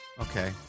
Okay